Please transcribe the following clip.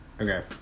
Okay